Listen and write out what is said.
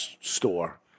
store